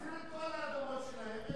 תחזיר את כל האדמות שלהם,